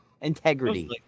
Integrity